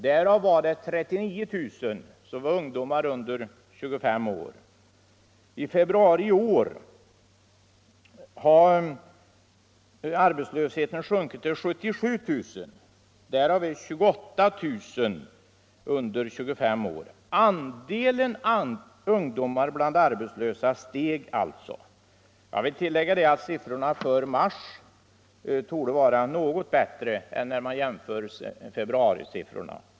Därav var 39 000 ungdomar under 25 år. Andelen ungdomar bland arbetslösa steg alltså. Jag vill tillägga att siffrorna för mars torde vara något bättre än februarisiffrorna.